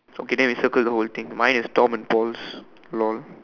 okay then we circle the whole thing mine is Tom and Paul's lol